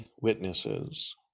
Witnesses